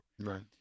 Right